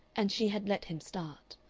and she had let him start.